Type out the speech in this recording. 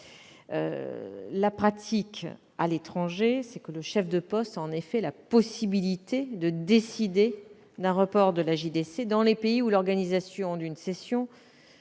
la pratique. Dans la pratique, le chef de poste diplomatique a en effet la possibilité de décider d'un report de la JDC dans les pays où l'organisation d'une session